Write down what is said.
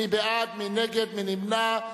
מי בעד, מי נגד, מי נמנע?